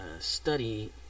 study